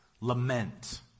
Lament